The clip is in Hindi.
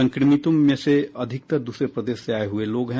संक्रमितों में से अधिकतर दूसरे प्रदेश से आये हुए लोग हैं